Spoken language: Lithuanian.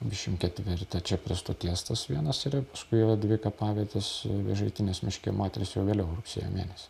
dvidešimt ketvirtą čia prie stoties tas vienas yra paskui yra dvi kapavietės vėžaitinės miške moterys jau vėliau rugsėjo mėnesį